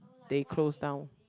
they closed down